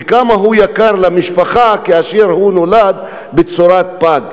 וכמה הוא יקר למשפחה כאשר הוא נולד בצורת פג.